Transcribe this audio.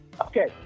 Okay